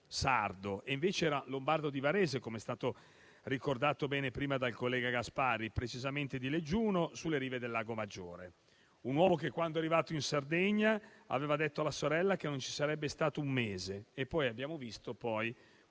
e invece era lombardo, di Varese - come è stato ricordato bene prima dal collega Gasparri - precisamente di Leggiuno, sulle rive del Lago Maggiore; un uomo che, quando è arrivato in Sardegna, aveva detto alla sorella che non ci sarebbe stato un mese; abbiamo visto poi